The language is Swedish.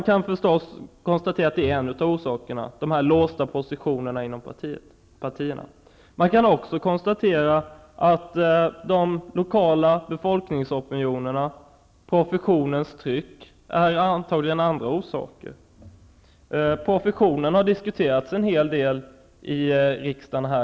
De låsta positionerna inom partierna är en av orsakerna. Man kan också konstatera att de lokala befolkningsopinionerna och professionens tryck antagligen är andra orsaker. Professionen har diskuterats en hel del här i riksdagen i dag.